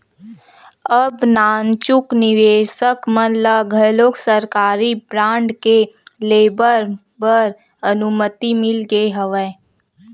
अब नानचुक निवेसक मन ल घलोक सरकारी बांड के लेवब बर अनुमति मिल गे हवय